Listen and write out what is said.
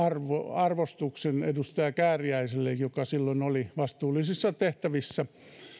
arvostuksen edustaja kääriäiselle joka silloin oli vastuullisissa tehtävissä